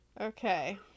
Okay